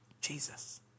Jesus